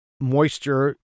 moisture